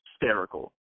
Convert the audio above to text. hysterical